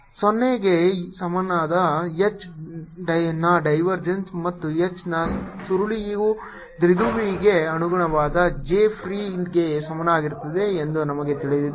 B0B0J 0 ಗೆ ಸಮಾನವಾದ H ನ ಡೈವರ್ಜೆನ್ಸ್ ಮತ್ತು H ನ ಸುರುಳಿಯು ದ್ವಿಧ್ರುವಿಗೆ ಅನುಗುಣವಾದ J ಫ್ರೀಗೆ ಸಮನಾಗಿರುತ್ತದೆ ಎಂದು ನಮಗೆ ತಿಳಿದಿದೆ